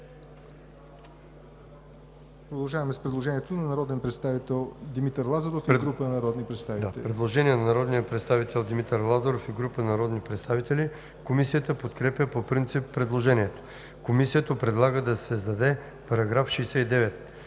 ПЛАМЕН НУНЕВ: Предложение на народния представител Димитър Лазаров и група народни представители.